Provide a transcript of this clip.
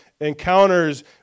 encounters